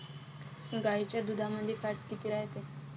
गाईच्या दुधामंदी फॅट किती रायते?